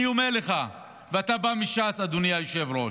אני אומר לך, ואתה בא מש"ס, אדוני היושב-ראש,